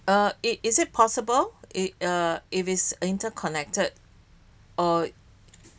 ah it is it possible if uh if it's interconnected err